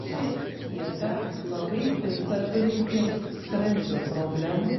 ši dieta labai tinka turintiems skrandžio problemų